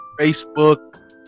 Facebook